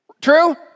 True